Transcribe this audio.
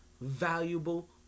valuable